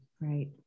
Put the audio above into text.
Right